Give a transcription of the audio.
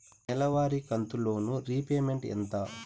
నెలవారి కంతు loan repayment ఎంత?